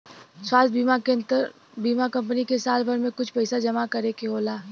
स्वास्थ बीमा के अन्दर बीमा कम्पनी के साल भर में कुछ पइसा जमा करे के होला